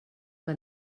que